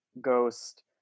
ghost